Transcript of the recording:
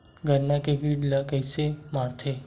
गन्ना के कीट ला कइसे मारथे?